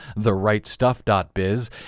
TheRightStuff.biz